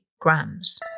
grams